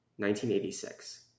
1986